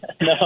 No